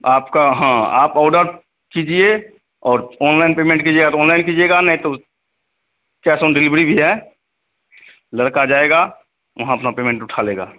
आपका हाँ आपका ऑर्डर कीजिए और ऑनलाइन पेमेन्ट कीजिएगा तो ऑनलाइन कीजिएगा नहीं तो कैश ऑन डिलीवरी भी है लड़का जाएगा वहाँ अपना पेमेन्ट उठा लेगा